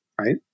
right